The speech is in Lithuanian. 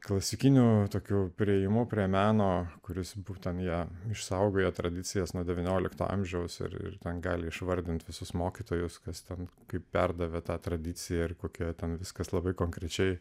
klasikinių tokių priėjimų prie meno kuris būtent ją išsaugojo tradicijas nuo devyniolikto amžiaus ir ten gali išvardinti visus mokytojus kas ten kaip perdavė tą tradiciją ir kokia ten viskas labai konkrečiai